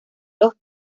los